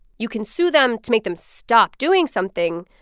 you can sue them to make them stop doing something.